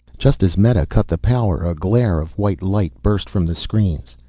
just as meta cut the power a glare of white light burst from the screens.